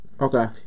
okay